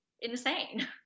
insane